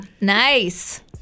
nice